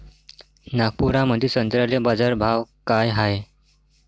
नागपुरामंदी संत्र्याले बाजारभाव काय हाय?